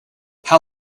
how